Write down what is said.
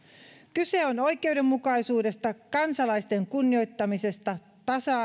kyse on oikeudenmukaisuudesta kansalaisten kunnioittamisesta tasa